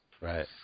Right